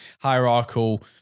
hierarchical